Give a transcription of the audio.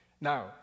Now